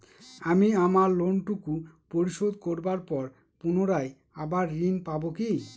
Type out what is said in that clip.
আমি আমার লোন টুকু পরিশোধ করবার পর পুনরায় আবার ঋণ পাবো কি?